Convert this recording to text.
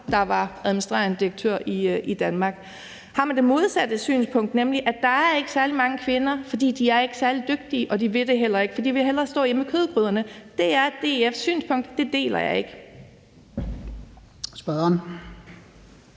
der var administrerende direktør i Danmark. Man kan have det modsatte synspunkt, nemlig at der ikke er særlig mange kvinder dér, fordi de ikke er særlig dygtige, og fordi de heller ikke vil det, fordi de hellere vil stå hjemme ved kødgryderne. Det er DF's synspunkt. Det deler jeg ikke.